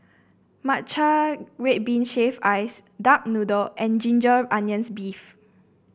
Matcha Red Bean Shaved Ice Duck Noodle and Ginger Onions beef